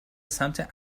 سمت